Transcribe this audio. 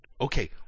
Okay